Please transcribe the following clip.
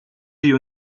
die